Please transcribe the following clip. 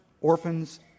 orphans